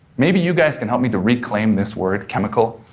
maybe you guys can help me to reclaim this word, chemical,